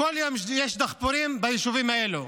וכל יום יש דחפורים ביישובים האלה.